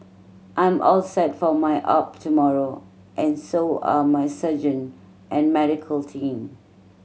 I'm all set for my opt tomorrow and so are my surgeon and medical team